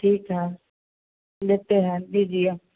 ठीक है लेते हैं दीजिए